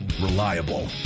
reliable